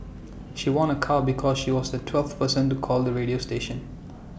she won A car because she was the twelfth person to call the radio station